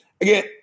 Again